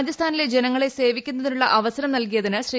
രാജസ്ഥാനിലെ ജനങ്ങളെ സേവിക്കുന്നതിനുള്ള അവസരം നൽകിയതിന് ശ്രീ